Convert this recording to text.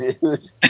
dude